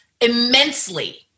immensely